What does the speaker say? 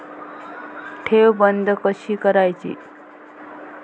ठेव बंद कशी करायची?